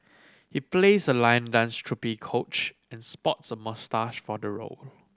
he plays a lion dance troupe coach and sports a moustache for the role